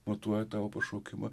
matuoja tavo pašaukimą